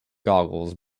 goggles